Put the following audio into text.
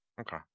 okay